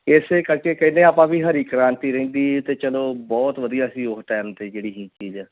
ਇਸੇ ਕਰਕੇ ਕਹਿੰਦੇ ਆਪਾਂ ਵੀ ਹਰੀ ਕ੍ਰਾਂਤੀ ਰਹਿੰਦੀ ਅਤੇ ਜਦੋਂ ਬਹੁਤ ਵਧੀਆ ਸੀ ਉਸ ਟਾਈਮ 'ਤੇ ਜਿਹੜੀ ਸੀ ਚੀਜ਼